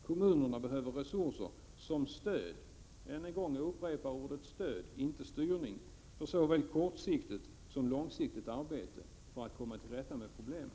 Kommunerna behöver resurser som stöd — jag upprepar än en gång ordet stöd och inte styrning — för såväl kortsiktigt som långsiktigt arbete för att komma till rätta med problemen.